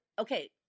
okay